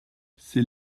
ces